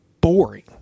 boring